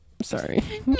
Sorry